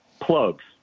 Plugs